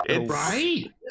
Right